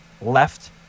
left